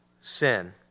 sin